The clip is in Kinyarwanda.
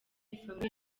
famille